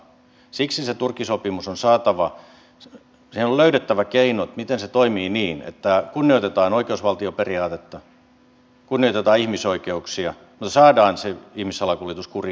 siksi siihen turkki sopimukseen on löydettävä keinot miten se toimii niin että kunnioitetaan oikeusvaltioperiaatetta kunnioitetaan ihmisoikeuksia mutta saadaan se ihmissalakuljetus kuriin